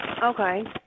Okay